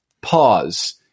pause